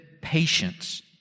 patience